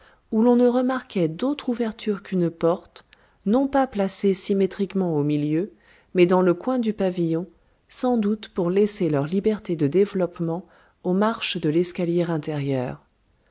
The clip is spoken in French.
où l'on ne remarquait d'autre ouverture qu'une porte non pas placée symétriquement au milieu mais dans le coin du pavillon sans doute pour laisser leur liberté de développement aux marches de l'escalier intérieur